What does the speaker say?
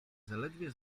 zaledwie